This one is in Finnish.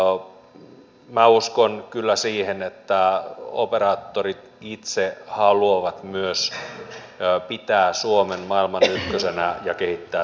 mutta minä uskon kyllä siihen että operaattorit itse haluavat myös pitää suomen maailman ykkösenä ja kehittää tätä edelleen